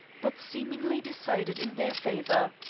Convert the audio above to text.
but seemingly decided in their favor.